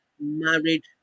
married